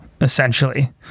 Essentially